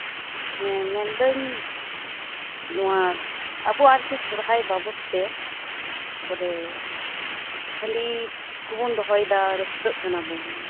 ᱦᱮᱸ ᱢᱮᱱᱫᱟᱹᱧ ᱟᱵᱚ ᱟᱨᱠᱤ ᱥᱚᱨᱦᱟᱭ ᱵᱟᱵᱚᱫ ᱛᱮ ᱵᱚᱞᱮ ᱦᱟᱺᱰᱤ ᱠᱚᱵᱚᱱ ᱫᱚᱦᱚᱭ ᱫᱟ ᱨᱟᱹᱥᱠᱟᱹᱜ ᱠᱟᱱᱟᱵᱚᱱ